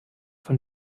von